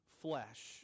flesh